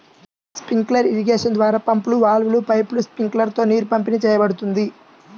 sprinkler irrigation ద్వారా పంపులు, వాల్వ్లు, పైపులు, స్ప్రింక్లర్లతో నీరు పంపిణీ చేయబడుతుంది